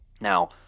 Now